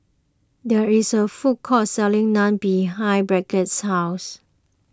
there is a food court selling Naan behind Brigitte's house